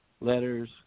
letters